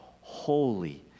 holy